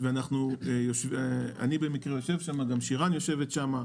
שבה אני יושב וגם שירן יושבת שם.